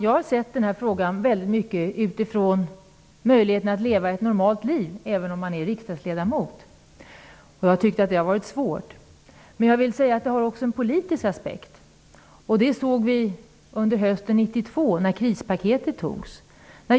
Jag har betraktat den här frågan utifrån möjligheten att kunna leva ett normalt liv även om man är riksdagsledamot. Jag tycker att det har varit svårt. Men detta har också en politisk aspekt, och det kunde vi se under hösten 1992 då krispaketet antogs.